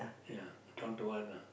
ya one to one lah